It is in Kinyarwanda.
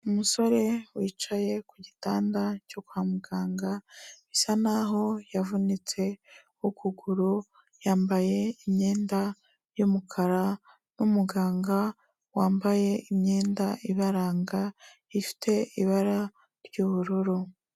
Umusore wicaye ku gitanda cyo kwa muganga bisa naho yavunitse ukuguru yambaye imyenda y'umukara n'umuganga wambaye imyenda ibaranga ifite ibara ry'ubururu.